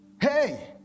hey